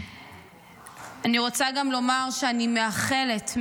אני גם רוצה לומר שאני מייחלת,